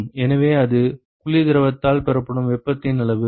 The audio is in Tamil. எனவே அது குளிர் திரவத்தால் பெறப்படும் வெப்பத்தின் அளவு